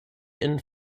and